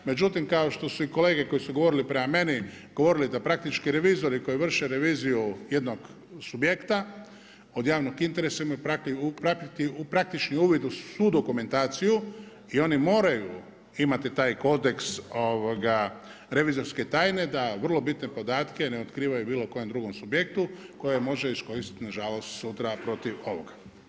Međutim, kao što su i kolege koji su govorili prema meni govorili da praktički revizori koji vrše reviziju jednog subjekta od javnog interesa imaju praktični uvid u svu dokumentaciju i oni moraju imati taj kodeks revizorske tajne, da vrlo bitne podatke ne otkrivaju bilo kojem drugom subjektu koje može iskoristiti na žalost sutra protiv ovoga.